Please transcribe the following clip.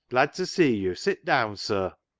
glad to see you! sit down, sir!